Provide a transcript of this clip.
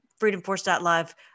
freedomforce.live